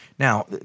Now